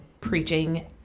preaching